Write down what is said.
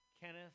Kenneth